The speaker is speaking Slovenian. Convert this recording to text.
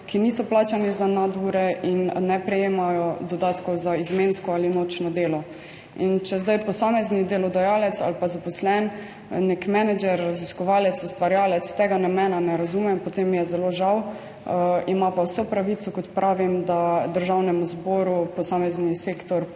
ki niso plačani za nadure in ne prejemajo dodatkov za izmensko ali nočno delo. Če zdaj posamezen delodajalec ali pa zaposleni, nek menedžer, raziskovalec, ustvarjalec tega namena ne razume, potem mi je zelo žal. Ima pa vso pravico, kot pravim, da Državnemu zboru posamezni sektor predlaga